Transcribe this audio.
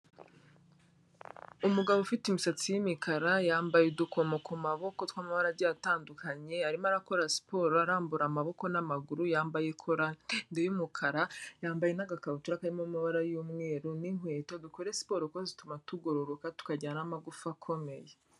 Umugabo ufite imisatsi y'imikara yambaye udukomo ku maboko tw'amabara agiye atandukanye arimo akora siporo arambura amaboko n'amaguru yambaye kora y'umukara, yambaye n'agakabutura karimo amabara y'umweru n'inkweto, dukore siporo kandi zituma tugororoka tukagira n'amagufa akomeye.